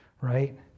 right